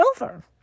over